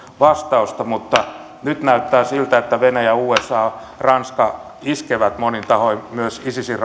vastausta mutta nyt näyttää siltä että venäjä usa ranska iskevät monin tahoin myös isisin